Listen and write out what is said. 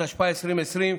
התש"ף 2020,